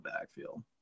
backfield